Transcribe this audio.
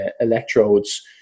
electrodes